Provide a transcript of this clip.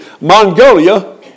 Mongolia